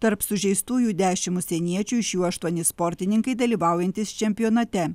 tarp sužeistųjų dešimt užsieniečių iš jų aštuoni sportininkai dalyvaujantys čempionate